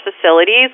facilities